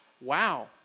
wow